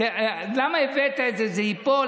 אמרו לי, למה הבאת את זה, זה ייפול.